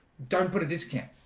don't put a discount.